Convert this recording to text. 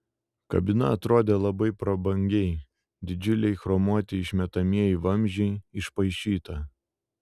kabina atrodė labai prabangiai didžiuliai chromuoti išmetamieji vamzdžiai išpaišyta